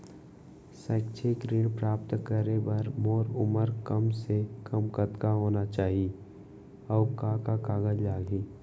शैक्षिक ऋण प्राप्त करे बर मोर उमर कम से कम कतका होना चाहि, अऊ का का कागज लागही?